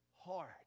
hard